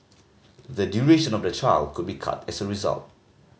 the duration of the trial could be cut as a result